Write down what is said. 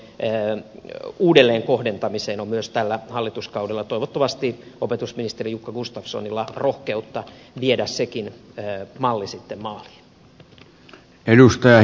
tämäntyyppisen uudelleenkohdentamisen mallia on myös tällä hallituskaudella toivottavasti opetusministeri jukka gustafssonilla rohkeutta viedä maaliin